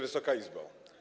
Wysoka Izbo!